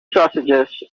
sausages